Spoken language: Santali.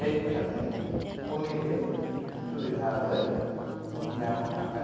ᱦᱮᱡ ᱠᱟᱛᱮ ᱩᱱᱤᱜᱮ ᱥᱩᱵᱤᱫᱷᱟ ᱫᱚᱭ ᱧᱟᱢ ᱟᱠᱟᱜᱼᱟ